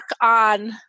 on